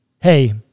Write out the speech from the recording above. hey